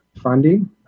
funding